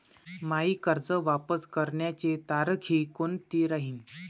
मायी कर्ज वापस करण्याची तारखी कोनती राहीन?